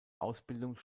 ausbildung